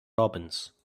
robins